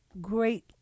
great